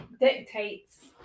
dictates